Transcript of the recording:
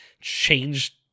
changed